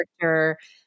character